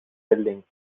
buildings